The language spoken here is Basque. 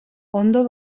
ondo